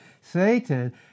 Satan